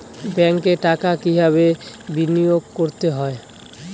ব্যাংকে টাকা কিভাবে বিনোয়োগ করতে হয়?